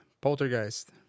Poltergeist